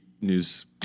news